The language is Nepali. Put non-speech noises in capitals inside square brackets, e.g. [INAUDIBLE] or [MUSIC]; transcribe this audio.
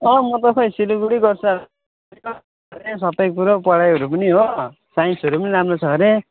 अँ म त खै सिलगढी गर्छु [UNINTELLIGIBLE] सबै कुरो पढाइहरू पनि हो साइन्सहरू पनि राम्रो छ अरे